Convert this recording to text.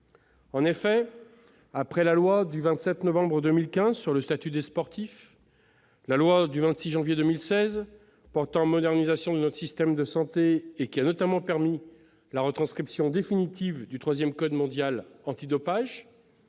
En effet, après la loi du 27 novembre 2015 sur le statut des sportifs, la loi du 26 janvier 2016 de modernisation de notre système de santé, qui a notamment permis la retranscription définitive du troisième code mondial antidopage,